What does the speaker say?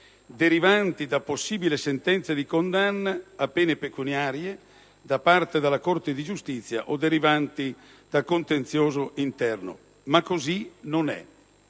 derivanti da possibili sentenze di condanna a pene pecuniarie da parte della Corte di giustizia o derivanti da contenzioso interno, ma così non è.